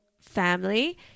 family